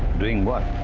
doing what?